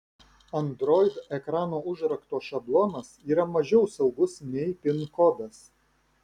android ekrano užrakto šablonas yra mažiau saugus nei pin kodas